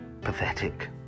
pathetic